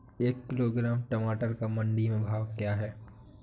एक किलोग्राम टमाटर का मंडी में भाव क्या है?